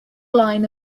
line